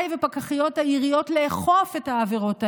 ופקחיות העיריות לאכוף את העבירות האלה.